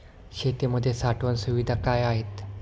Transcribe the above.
शेतीमध्ये साठवण सुविधा काय आहेत?